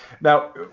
Now